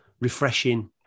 refreshing